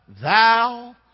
thou